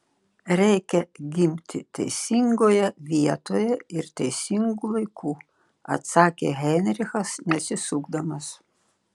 reikia gimti teisingoje vietoje ir teisingu laiku atsakė heinrichas neatsisukdamas